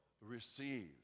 receive